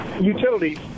Utilities